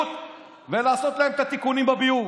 הסבלות ולעשות להם את התיקונים בביוב,